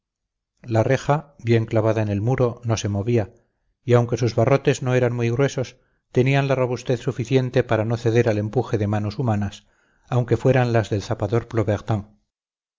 la reja bien clavada en el muro no se movía y aunque sus barrotes no eran muy gruesos tenían la robustez suficiente para no ceder al empuje de manos humanas aunque fueran las del zapador